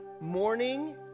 morning